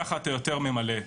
ככה אתה יותר ממלא.